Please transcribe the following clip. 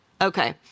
Okay